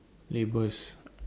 labels